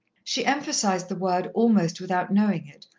she emphasized the word almost without knowing it,